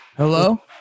Hello